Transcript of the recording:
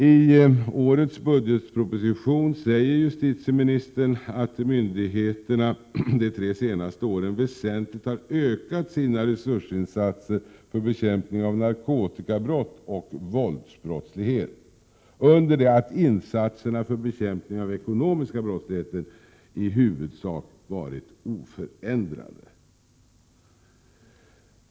I årets budgetproposition säger justitieministern att myndigheterna under de tre senaste åren väsentligt har ökat sina resursinsatser för bekämpning av narkotikabrott och våldsbrottslighet under det att insatserna för bekämpning av den ekonomiska brottsligheten i huvudsak har varit oförändrade.